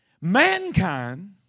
mankind